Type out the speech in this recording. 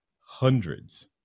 hundreds